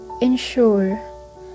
ensure